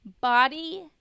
body